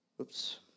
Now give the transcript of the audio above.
Oops